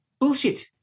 bullshit